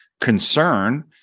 concern